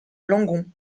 langon